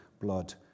blood